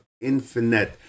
infinite